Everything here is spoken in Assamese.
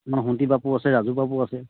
আমাৰ সোনটি বাপো আছে ৰাজু বাপো আছে